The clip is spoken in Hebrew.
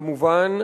כמובן,